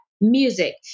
music